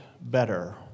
better